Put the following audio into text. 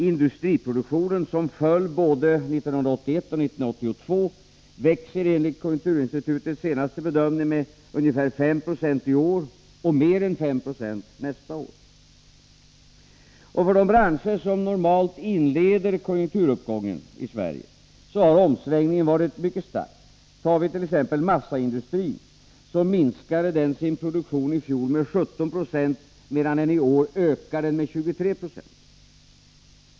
Industriproduktionen, som föll både 1981 och 1982, växer enligt konjunkturinstitutets senaste bedömning med ungefär 5 96 i år och mer än 5 20 nästa år. För de branscher som normalt inleder konjunkturuppgången i Sverige har omsvängningen varit mycket stor. När det gäller t.ex. massaindustrin minskade produktionen i fjol med 17 26, medan den i år ökar med 23 4.